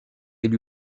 élu